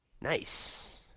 Nice